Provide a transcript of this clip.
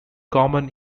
common